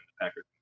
Packers